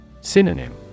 Synonym